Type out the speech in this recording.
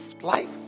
Life